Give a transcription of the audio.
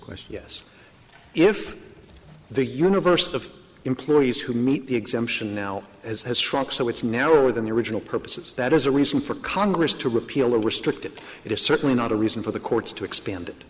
question yes if the universe of employees who meet the exemption now is has struck so it's narrower than the original purposes that is a reason for congress to repeal or restrict it it is certainly not a reason for the courts to expand it